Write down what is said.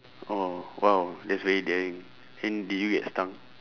oh !wow! that's very daring then did you get stung